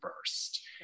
first